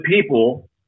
people